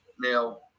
Now